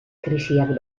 krisiak